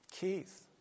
Keith